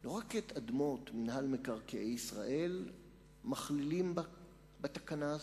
לא רק את אדמות מינהל מקרקעי ישראל מכלילים בתקנה הזאת,